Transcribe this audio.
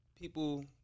people